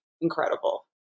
incredible